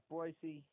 Boise